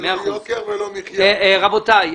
רבותיי,